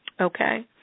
Okay